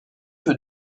peu